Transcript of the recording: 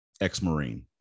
ex-Marine